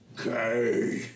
Okay